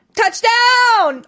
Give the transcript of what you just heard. Touchdown